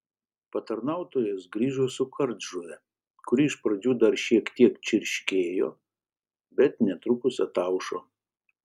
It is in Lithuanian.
patarnautojas grįžo su kardžuve kuri iš pradžių dar šiek tiek čirškėjo bet netrukus ataušo